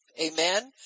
Amen